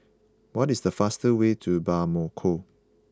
what is the fastest way to Bamako